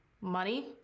money